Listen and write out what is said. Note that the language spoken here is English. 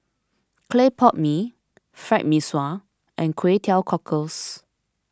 Clay Pot Mee Fried Mee Sua and Kway Teow Cockles